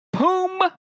Poom